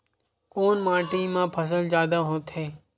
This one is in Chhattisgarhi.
कोन माटी मा फसल जादा होथे?